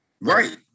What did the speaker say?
right